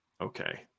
okay